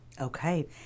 Okay